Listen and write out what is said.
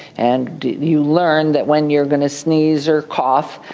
and you learn that when you're going to sneeze or cough,